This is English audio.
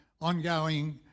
ongoing